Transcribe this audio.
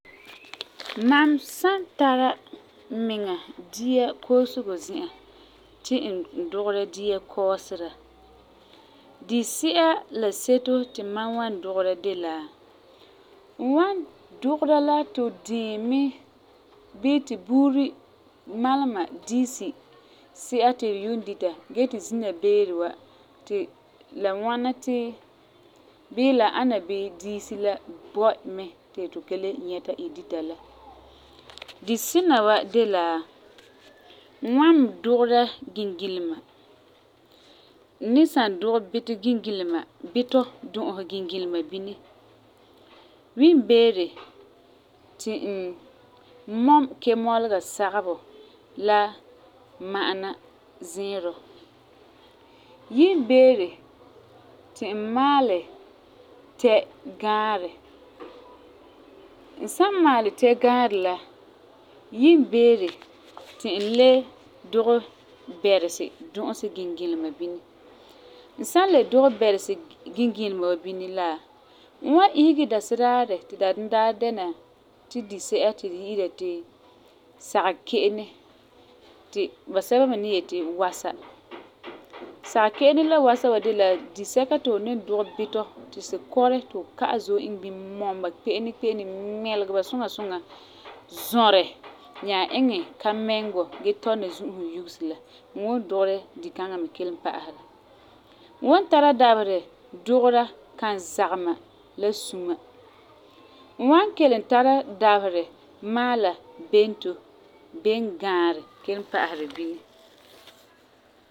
Mam san tara n miŋa dia koosego zi'an ti n dugera dia kɔɔsera, di si'a la seto ti mam wan dugera de la: N wan dugera la tu diimi bii tu buuri malema diisi si'a ti tu yuum dita gee ti zina beere wa ti la ŋwana ti bii la ana bii diisi la bɔi mɛ ti tu ka le nyɛta tɔ dita la. Disina wa de la, n wan dugera gingilema. N ni san dugɛ bitɔ gingilema, bitɔ du'usɛ gingilema bini, wiin beere ti n mɔm kemɔlega sagebɔ la ma'ana ziirɔ, yiimbeere ti n maalɛ tɛa gãarɛ. N san maalɛ tɛa gãarɛ la, yiimbeere ti n le dugɛ bɛresi du'usɛ gingilema bini. N san le dugɛ bɛresi gingilema wa bini la, n wan isege dasedaarɛ ti daandina daarɛ dɛna tu di si'a ti tu wi'ira ti sageke'ene ti ba sɛba me ni yeti wasa. Sageke'ene la wasa wa de la disɛka ti fu ni dugɛ bitɔ ti si kɔrɛ ti fu ka'ɛ zom iŋɛ bini mɔm ba kpe'ene kpe'ene, ŋmɛlegɛ ba suŋa suŋa zɔrɛ nyaa iŋɛ kamɛgebɔ gee tɔ nanzu'usi yugese la. N wan dugɛ dikaŋa me kelum pa'asɛ bini. N wan tara dabeserɛ dugera kanzagema la suma. N wan kelum tara dabeserɛ maala bento bengaarɛ kelum pa'asera bini.